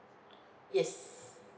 yes